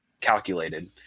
calculated